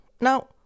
Now